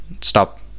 stop